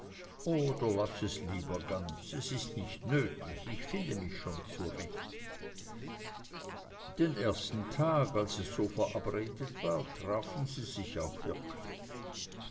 oder laß es lieber ganz es ist nicht nötig ich finde mich schon zurecht den ersten tag als es so verabredet war trafen sie sich auch wirklich